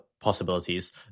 possibilities